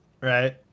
right